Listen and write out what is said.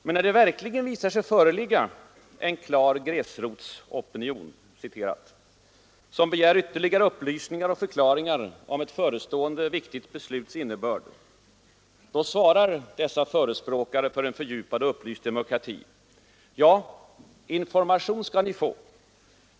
Men när det verkligen visar sig föreligga en klar ”gräsrotsopinion”, som begär ytterligare upplysningar och förklaringar om ett förestående viktigt besluts innebörd, då svarar dessa förespråkare för en fördjupad och upplyst demokrati: ”Ja, information skall ni få.